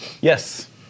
yes